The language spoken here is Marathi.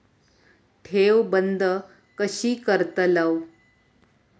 ठेव बंद कशी करतलव?